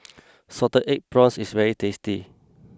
Salted Egg Prawns is very tasty